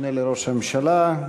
והמשנה לראש הממשלה.